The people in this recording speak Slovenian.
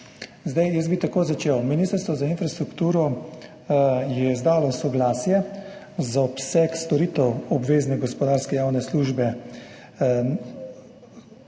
regiji. Jaz bi začel tako. Ministrstvo za infrastrukturo je izdalo soglasje za obseg storitev obvezne gospodarske javne službe